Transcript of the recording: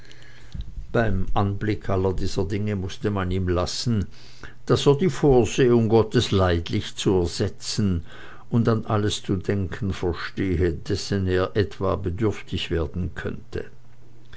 beim anblick aller dieser dinge mußte man ihm lassen daß er die vorsehung gottes leidlich zu ersetzen und an alles zu denken verstehe dessen er etwa bedürftig werden könnte